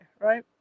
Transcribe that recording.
right